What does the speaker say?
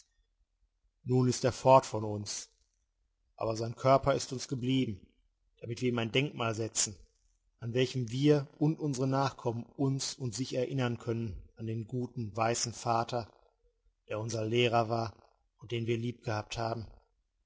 nun ist er fort von uns aber sein körper ist uns geblieben damit wir ihm ein denkmal setzen an welchem wir und unsere nachkommen uns und sich erinnern können an den guten weißen vater der unser lehrer war und den wir lieb gehabt haben